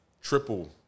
triple